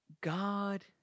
God